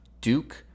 Duke